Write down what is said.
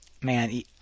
man